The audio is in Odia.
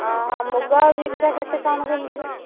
ମୁଗ ବିରିଟା କେତେ କଣ କେମିତି ରେଟ୍ ରହୁଛି